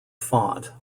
font